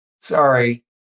Sorry